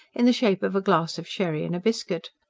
in the shape of a glass of sherry and a biscuit.